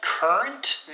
Current